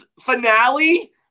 finale